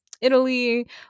Italy